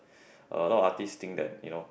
a lot artist think that you know